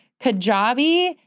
Kajabi